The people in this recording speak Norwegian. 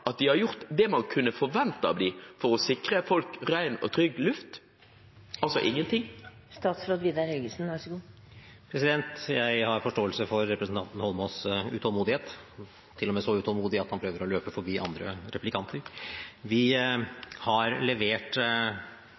man kunne forvente av dem, for å sikre folk ren og trygg luft – altså ingenting? Jeg har forståelse for representanten Eidsvoll Holmås’ utålmodighet, han er til og med så utålmodig at han prøver å løpe forbi andre replikanter. Vi har levert